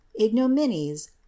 ignominies